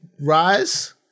rise